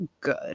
good